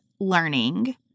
learning